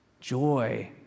joy